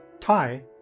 Thai